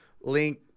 link